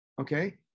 okay